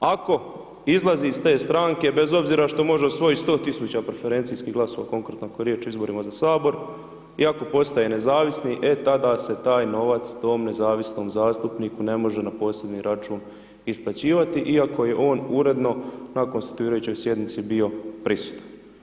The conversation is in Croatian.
Ako izlazi iz te stranke, bez obzira što može osvojiti 100 000 preferencijskih glasova, konkretno ako je riječ o izborima za Sabor i ako postaje nezavisni, e, tada se taj novac tom nezavisnom zastupniku ne može na posebni račun isplaćivati iako je on uredno na konstituirajućoj sjednici bio prisutan.